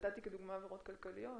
נתתי עבירות כלכליות